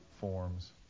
forms